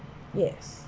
yes